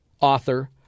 author